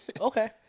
okay